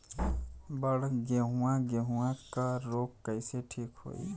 बड गेहूँवा गेहूँवा क रोग कईसे ठीक होई?